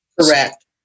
Correct